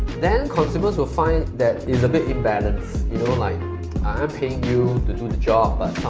then. consumers will find that it's a bit imbalanced like i'm paying you to do the job but